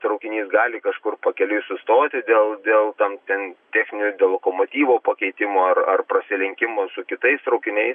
traukinys gali kažkur pakeliui sustoti dėl dėl tam ten techninių dėl lokomotyvo pakeitimo ar ar prasilenkimo su kitais traukiniais